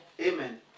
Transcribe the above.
Amen